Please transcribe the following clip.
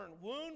wound